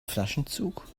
flaschenzug